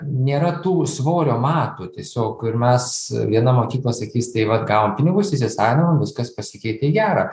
nėra tų svorio matų tiesiog ir mes viena mokykla sakys tai vat gavom pinigus įsisavinom viskas pasikeitė į gerą